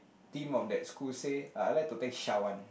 team of that school say ah I would like to thank Shawan